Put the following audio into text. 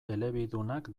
elebidunak